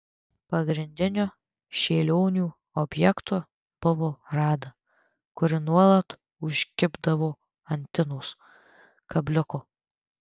pagrindiniu šėlionių objektu buvo rada kuri nuolat užkibdavo ant tinos kabliuko